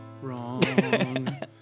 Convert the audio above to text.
Wrong